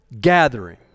gathering